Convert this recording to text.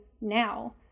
now